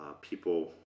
people